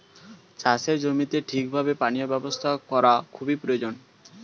চাষের জমিতে ঠিক ভাবে পানীয় ব্যবস্থা করা খুবই প্রয়োজন